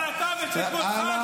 אבל אתה ושכמותך גורמים לנו להפסיד.